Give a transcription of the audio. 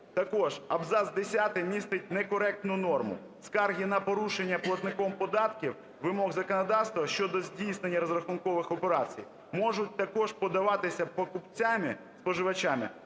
Також абзац 10 містить некоректну норму. Скарги на порушення платником податків вимог законодавства щодо здійснення розрахункових операцій можуть також подаватися покупцями (споживачами)